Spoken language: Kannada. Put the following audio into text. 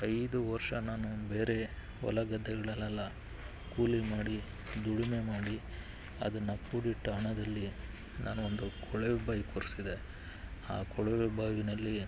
ಐದು ವರ್ಷ ನಾನು ಬೇರೆ ಹೊಲ ಗದ್ದೆಗಳಲ್ಲೆಲ್ಲ ಕೂಲಿ ಮಾಡಿ ದುಡಿಮೆ ಮಾಡಿ ಅದನ್ನು ಕೂಡಿಟ್ಟ ಹಣದಲ್ಲಿ ನಾನು ಒಂದು ಕೊಳವೆ ಬಾವಿ ಕೊರೆಸಿದೆ ಆ ಕೊಳವೆ ಬಾವಿಯಲ್ಲಿ